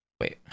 Wait